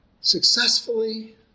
successfully